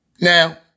Now